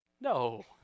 No